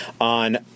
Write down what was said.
on